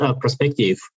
perspective